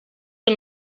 que